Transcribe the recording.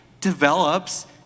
develops